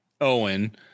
Owen